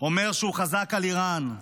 אומר שהוא חזק על איראן,